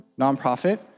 nonprofit